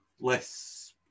less